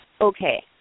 okay